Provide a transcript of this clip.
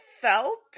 felt